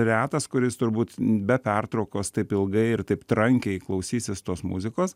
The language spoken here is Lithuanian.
retas kuris turbūt be pertraukos taip ilgai ir taip trankiai klausysis tos muzikos